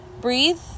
breathe